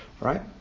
Right